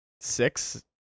six